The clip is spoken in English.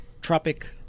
Tropic